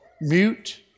mute